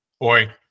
boy